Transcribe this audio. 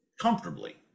comfortably